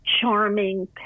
charming